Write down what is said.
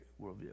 worldview